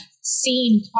seen